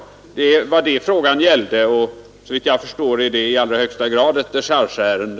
Såvitt jag förstår är detta i allra högsta grad ett dechargeärende.